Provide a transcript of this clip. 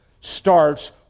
starts